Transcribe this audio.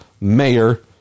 mayor